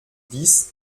dix